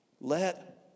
Let